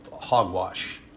hogwash